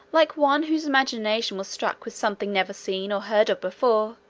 like one whose imagination was struck with something never seen or heard of before,